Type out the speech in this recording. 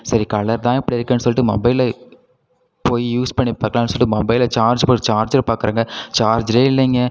சரி கலர் தான் இப்படி இருக்குதுன்னு சொல்லிட்டு மொபைலு போய் யூஸ் பண்ணி பார்க்கலான்னு சொல்லிட்டு மொபைலை சார்ஜ் போட சார்ஜர் பார்க்கறேங்க சார்ஜரே இல்லைங்க